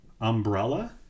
Umbrella